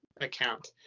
account